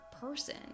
person